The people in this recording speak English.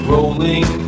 Rolling